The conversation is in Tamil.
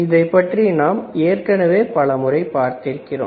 இதை பற்றி நாம் பல முறை பார்த்திருக்கிறோம்